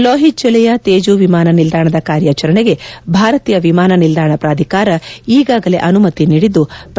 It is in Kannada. ಲೋಹಿತ್ ಜಿಲ್ಲೆಯ ತೇಜು ವಿಮಾನ ನಿಲ್ಲಾಣದ ಕಾರ್ಯಾಚರಣೆಗೆ ಭಾರತೀಯ ವಿಮಾನ ನಿಲ್ಲಾಣ ಪ್ರಾಧಿಕಾರ ಈಗಾಗಲೇ ಅನುಮತ ನೀಡಿದ್ಲು